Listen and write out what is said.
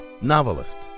novelist